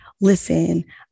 Listen